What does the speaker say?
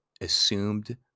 assumed